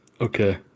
okay